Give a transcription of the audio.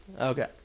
Okay